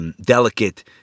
delicate